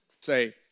say